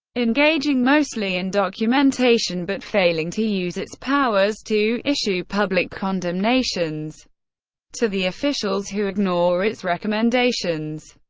engaging mostly in documentation, but failing to use its powers to issue public condemnations to the officials who ignore its recommendations.